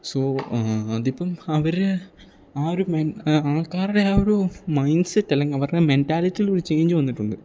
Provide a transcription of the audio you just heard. so അതിപ്പം അവർ ആ ഒരു ആൾക്കാരുടെ ആ ഒരു മൈൻഡ്സെറ്റ് അല്ലെങ്കിൽ അവരുടെ മെൻറ്റാലിറ്റിയിൽ ഒരു ചേഞ്ച് വന്നിട്ടുണ്ട്